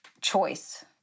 choice